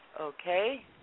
Okay